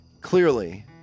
clearly